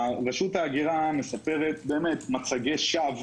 רשות ההגירה מספרת באמת מצגי שווא